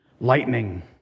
lightning